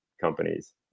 companies